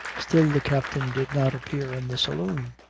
still the captain did not appear in the saloon.